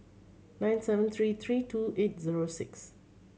nine seven three three two eight zero six